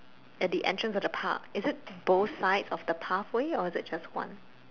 at the entrance of the park is it both sides of the pathway or is it just one